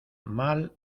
mal